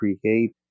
create